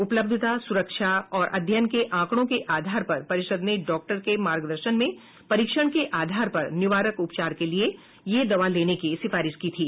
उपलब्धता सुरक्षा और अध्ययन के आंकड़ों के आधार पर परिषद ने डॉक्टर के मार्गदर्शन में परीक्षण के आधार पर निवारक उपचार के लिए यह दवा लेने की सिफारिश की थी